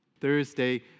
Thursday